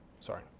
sorry